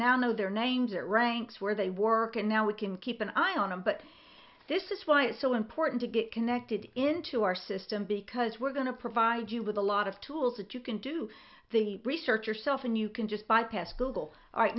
now know their names that ranks where they work and now we can keep an eye on them but this is why it's so important to get connected into our system because we're going to provide you with a lot of tools that you can do the research yourself and you can just bypass google right